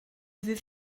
ddydd